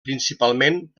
principalment